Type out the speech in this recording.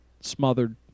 smothered